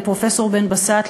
לפרופסור בן-בסט,